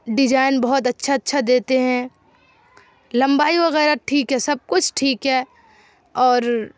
design بہت اچھا اچھا دیتے ہیں لمبائی وغیرہ ٹھیک ہے سب کچھ ٹھیک ہے اور